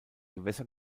gewässer